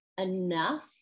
enough